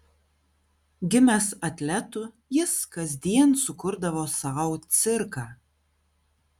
gimęs atletu jis kasdien sukurdavo sau cirką